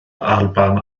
alban